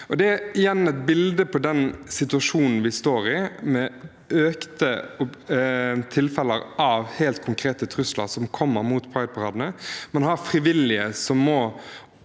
igjen et bilde på den situasjonen vi står i, med en økning i tilfeller av helt konkrete trusler som kommer mot prideparadene. Man har frivillige som må